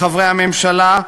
לחברי הממשלה,